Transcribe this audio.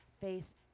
face